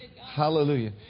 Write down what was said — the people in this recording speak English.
Hallelujah